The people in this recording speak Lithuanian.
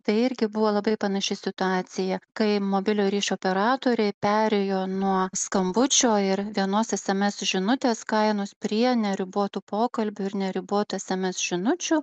tai irgi buvo labai panaši situacija kai mobiliojo ryšio operatoriai perėjo nuo skambučio ir dienos sms žinutės kainos prie neribotų pokalbių ir neribotų sms žinučių